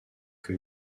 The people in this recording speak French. que